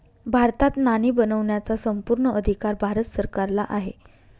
भारतात नाणी बनवण्याचा संपूर्ण अधिकार भारत सरकारला आहे